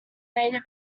native